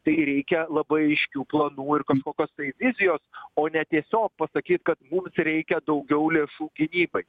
tai reikia labai aiškių planų ir kažkokios tai vizijos o ne tiesiog pasakyt kad mums reikia daugiau lėšų gynybai